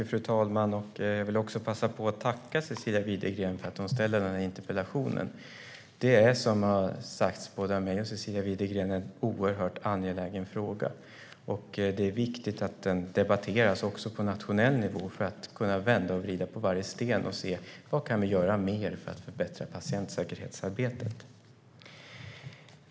Fru talman! Jag vill passa på att tacka Cecilia Widegren för att hon har ställt den här interpellationen. Som har sagts av både mig och Cecilia Widegren är detta en oerhört angelägen fråga. Det är viktigt att den debatteras också på nationell nivå för att vi ska kunna vända och vrida på varje sten och se vad mer vi kan göra för att förbättra patientsäkerhetsarbetet.